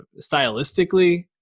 stylistically